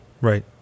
Right